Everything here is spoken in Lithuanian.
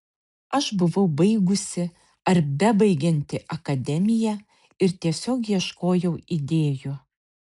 aš buvau baigusi ar bebaigianti akademiją ir tiesiog ieškojau idėjų